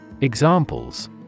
Examples